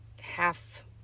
half